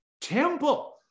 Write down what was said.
temple